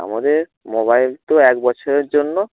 আমাদের মোবাইল তো এক বছরের জন্য